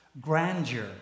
Grandeur